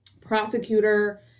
prosecutor